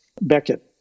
Beckett